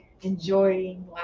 enjoying